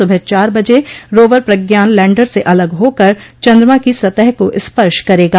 सुबह चार बजे रोवर प्रज्ञान लैंडर से अलग होकर चन्द्रमा की सतह को स्पर्श करेगा